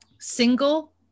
Single